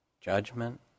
Judgment